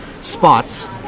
spots